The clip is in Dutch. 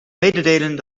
meedelen